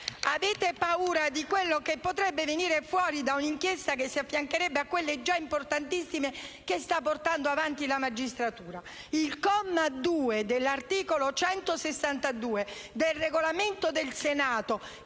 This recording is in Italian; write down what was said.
avete paura di quello che potrebbe venir fuori da un'inchiesta che si affiancherebbe a quelle già importantissime che sta portando avanti la magistratura.